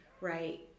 Right